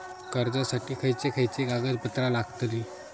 कर्जासाठी खयचे खयचे कागदपत्रा लागतली?